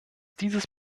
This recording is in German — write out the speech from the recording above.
dieses